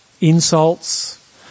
Insults